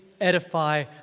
edify